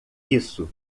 isso